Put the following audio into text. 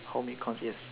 home econs yes